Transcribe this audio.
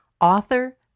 author